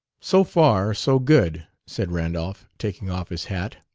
so far, so good, said randolph, taking off his hat,